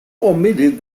omitted